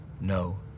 no